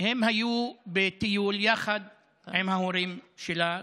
הם היו בטיול יחד עם ההורים שלה,